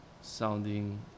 sounding